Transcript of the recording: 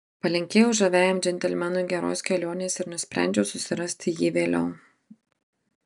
palinkėjau žaviajam džentelmenui geros kelionės ir nusprendžiau susirasti jį vėliau